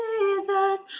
Jesus